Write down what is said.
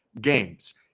games